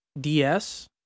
DS